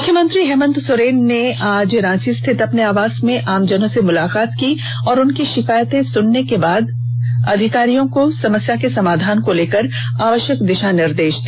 मुख्यमंत्री हेमन्त सोरेन ने आज रांची स्थित अपने आवास में आमजनों से मुलाकात की और उनकी षिकायतों को सुनने के बाद अधिकारियों को समस्या के समाधान को लेकर आवष्यक दिषा निर्देष दिया